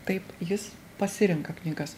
taip jis pasirenka knygas